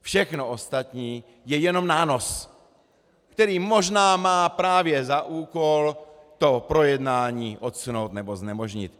Všechno ostatní je jenom nános, který možná má právě za úkol projednání odsunout nebo znemožnit.